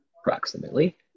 Approximately